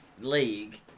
league